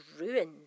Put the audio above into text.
ruined